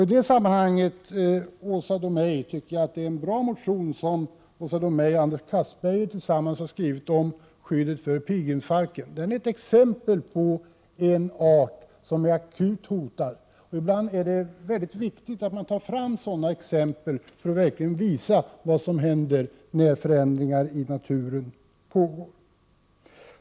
I det sammanhanget vill jag säga till Åsa Domeij att det är en bra motion som Åsa Domeij och Anders Castberger tillsammans har skrivit om skyddet för pilgrimsfalken. Den är ett exempel på en art som är akut hotad. Ibland är det mycket viktigt att ta fram sådana exempel för att verkligen visa vad som händer när förändringar i naturen pågår.